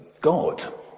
God